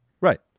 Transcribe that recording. Right